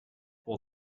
will